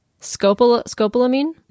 Scopolamine